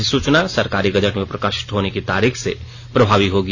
अधिसूचना सरकारी गजट में प्रकाशित होने की तारीख से प्रभावी होगी